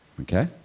okay